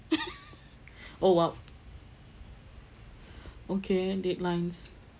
oh !wow! okay deadlines